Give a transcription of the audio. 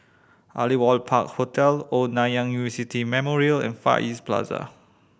Aliwal Park Hotel Old Nanyang University Memorial and Far East Plaza